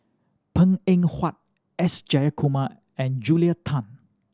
Png Eng Huat S Jayakumar and Julia Tan